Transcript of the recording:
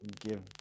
give